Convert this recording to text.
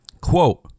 quote